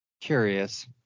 Curious